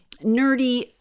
nerdy